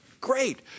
Great